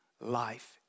life